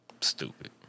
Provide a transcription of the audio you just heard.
Stupid